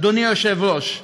אדוני היושב-ראש.